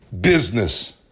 business